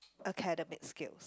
academic skills